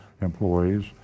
employees